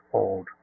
old